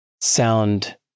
sound